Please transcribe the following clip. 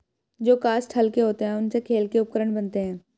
जो काष्ठ हल्के होते हैं, उनसे खेल के उपकरण बनते हैं